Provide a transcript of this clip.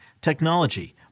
technology